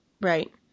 Right